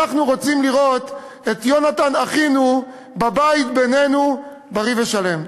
אנחנו רוצים לראות את יהונתן אחינו בבית בינינו בריא ושלם.